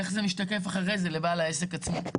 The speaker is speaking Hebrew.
איך זה משתקף אחרי זה לבעל העסק עצמו.